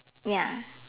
ya